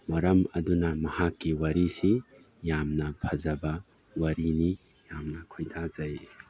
ꯃꯔꯝ ꯑꯗꯨꯅ ꯃꯍꯥꯛꯀꯤ ꯋꯥꯔꯤꯁꯤ ꯌꯥꯝꯅ ꯐꯖꯕ ꯋꯥꯔꯤꯅꯤ ꯌꯥꯝꯅ ꯈꯣꯏꯗꯥꯖꯩ